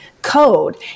code